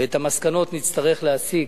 ואת המסקנות נצטרך להסיק